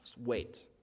wait